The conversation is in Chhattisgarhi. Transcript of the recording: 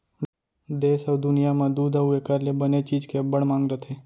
देस अउ दुनियॉं म दूद अउ एकर ले बने चीज के अब्बड़ मांग रथे